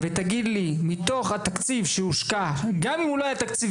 ותגיד לי: מתוך התקציב שהושקע גם אם הוא לא היה תקציב